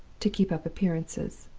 to keep up appearances.